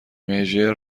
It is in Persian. مژر